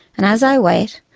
and as i wait,